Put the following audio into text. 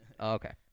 okay